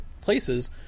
places